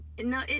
no